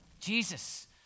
Jesus